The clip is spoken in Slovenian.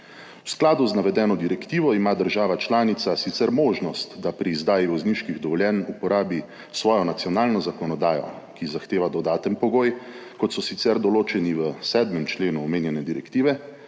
V skladu z navedeno direktivo ima država članica sicer možnost, da pri izdaji vozniških dovoljenj uporabi svojo nacionalno zakonodajo, ki zahteva dodaten pogoj, kot so sicer določeni v 7. členu omenjene direktive,